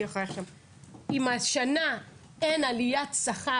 אם השנה אין עליית שכר